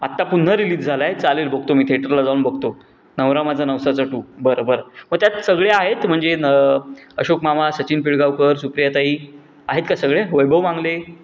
आत्ता पुन्हा रिलीज झाला आहे चालेल बघतो मी थेटरला जाऊन बघतो नवरा माझा नवसाचा टू बरं बरं मग त्यात सगळे आहेत म्हणजे न अशोक मामा सचिन पिळगावकर सुप्रियाताई आहेत का सगळे वैभव मांगले